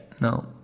no